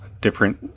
different